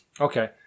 Okay